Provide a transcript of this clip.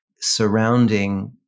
surrounding